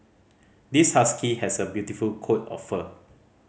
this husky has a beautiful coat of fur